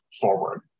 forward